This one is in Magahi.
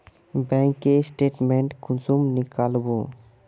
बैंक के स्टेटमेंट कुंसम नीकलावो?